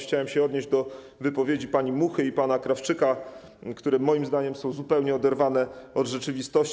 Chciałem się odnieść do wypowiedzi pani Muchy i pana Krawczyka, które moim zdaniem są zupełnie oderwane od rzeczywistości.